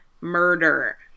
murder